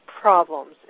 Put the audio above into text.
problems